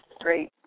great